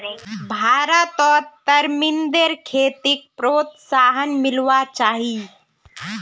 भारतत तरमिंदेर खेतीक प्रोत्साहन मिलवा चाही